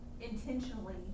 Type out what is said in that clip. intentionally